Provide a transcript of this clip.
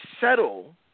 settle